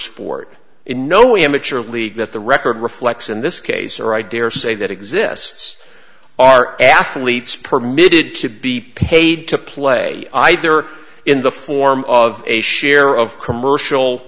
way a mature league that the record reflects in this case or i daresay that exists are athletes permitted to be paid to play either in the form of a share of commercial